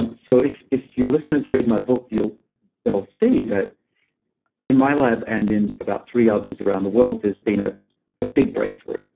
and so if if your listeners read my book, they'll see that in my lab and in about three others around the world, there's been a ah big breakthrough.